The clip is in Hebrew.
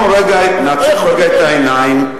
נעצום רגע את העיניים,